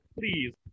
please